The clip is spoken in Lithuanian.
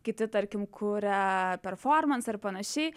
kiti tarkim kurią performansą ir panašiai